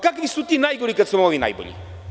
Kakvi su ti najgori, ako su vam ovi najbolji?